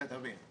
אתה תבין.